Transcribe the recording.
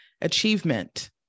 achievement